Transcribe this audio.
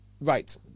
Right